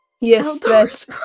Yes